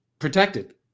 Protected